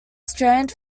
strand